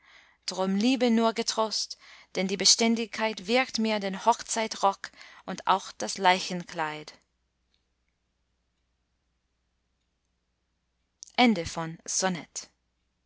drum liebe nur getrost denn die beständigkeit wirkt mir den hochzeitrock und auch das leichenkleid